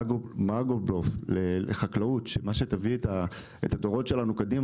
בין אגרו-בלוף לבין חקלאות שתביא את הדורות שלנו קדימה,